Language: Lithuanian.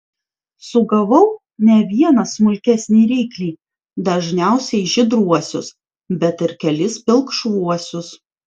sugavau ne vieną smulkesnį ryklį dažniausiai žydruosius bet ir kelis pilkšvuosius